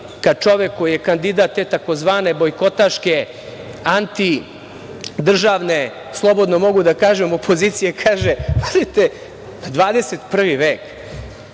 kad čovek koji je kandidat te tzv. bojkotaške antidržavne slobodno mogu da kažem opozicije kaže, pazite, 21. vek